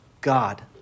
God